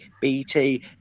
BT